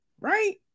right